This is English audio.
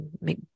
Make